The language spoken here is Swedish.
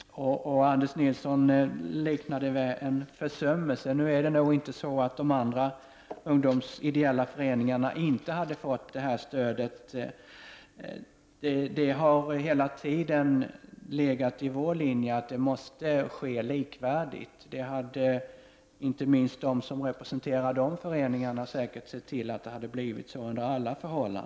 Anders Nilsson liknar det skedda vid en försummelse. Nu är det nog inte så att de andra ideella föreningarna inte hade fått detta stöd. Det har hela tiden varit vår linje att fördelningen skall vara likvärdig. Inte minst de som representerar dessa föreningar hade nog under alla förhållanden sett till att det blivit så.